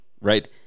Right